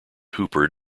hooper